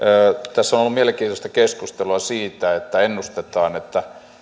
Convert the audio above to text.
tässä on ollut mielenkiintoista keskustelua siitä että ennustetaan että